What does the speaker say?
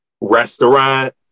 restaurant